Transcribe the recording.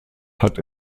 hat